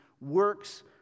works